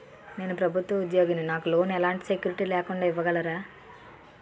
నేను ప్రభుత్వ ఉద్యోగిని, నాకు లోన్ ఎలాంటి సెక్యూరిటీ లేకుండా ఇవ్వగలరా?